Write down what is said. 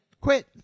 quit